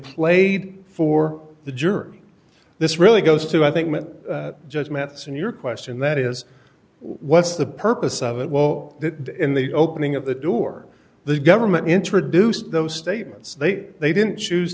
played for the jury this really goes to i think judge mathis and your question that is what's the purpose of it well that in the opening of the door the government introduced those statements that they didn't choose